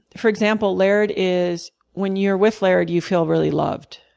for example, laird is when you're with laird, you feel really loved.